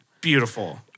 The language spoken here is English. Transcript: Beautiful